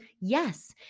yes